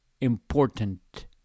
important